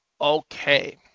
Okay